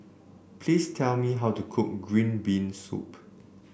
please tell me how to cook Green Bean Soup